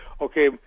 okay